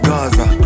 Gaza